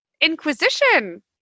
Inquisition